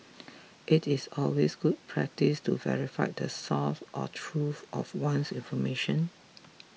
it is always good practice to verify the source or truth of one's information